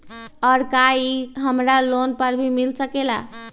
और का इ हमरा लोन पर भी मिल सकेला?